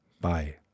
Bye